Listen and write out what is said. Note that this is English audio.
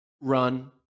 run